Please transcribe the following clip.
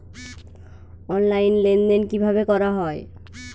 Online লেনদেন কিভাবে করা হয়?